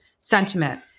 sentiment